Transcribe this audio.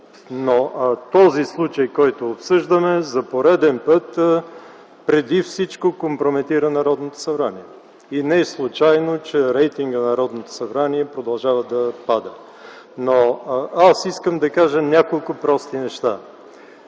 Но този случай, който обсъждаме, за пореден път преди всичко компрометира Народното събрание. И не е случайно, че рейтингът на Народното събрание продължава да пада. Но аз искам да кажа няколко прости неща.